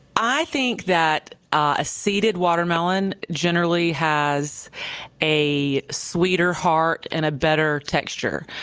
i think that a seeded watermelon generally has a sweeter heart and a better texture,